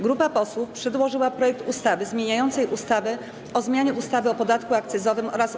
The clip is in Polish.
Grupa posłów przedłożyła projekt ustawy zmieniającej ustawę o zmianie ustawy o podatku akcyzowym oraz